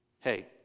Hey